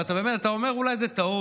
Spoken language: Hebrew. ואתה אומר: אולי זו טעות,